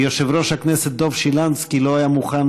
כי יושב-ראש הכנסת דב שילנסקי לא היה מוכן